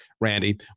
Randy